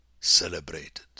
celebrated